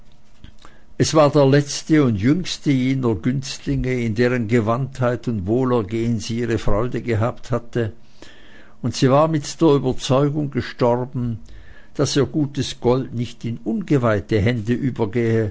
es war der letzte und jüngste jener günstlinge an deren gewandtheit und wohlergehen sie ihre freude gehabt hatte und sie war mit der überzeugung gestorben daß ihr gutes gold nicht in ungeweihte hände übergehe